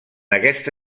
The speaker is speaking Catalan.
aquesta